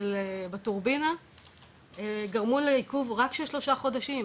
זה לגבי עשר היחידות.